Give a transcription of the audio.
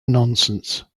nonsense